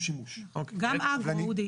גם אגרו, אודי.